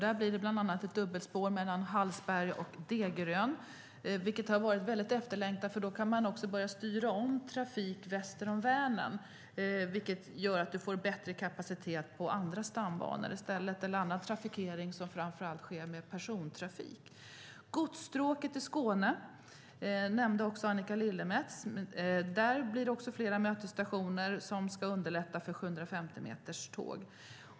Där blir det bland annat ett dubbelspår mellan Hallsberg och Degerön. Det har varit mycket efterlängtat, för då kan man börja styra om trafik väster om Vänern. Det gör att man får bättre kapacitet på andra stambanor eller annan trafikering, framför allt persontrafik. Godsstråket i Skåne nämnde också Annika Lillemets. Där blir det fler mötesstationer som ska underlätta för 750-meterståg.